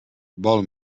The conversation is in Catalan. vol